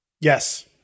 Yes